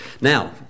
Now